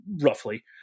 roughly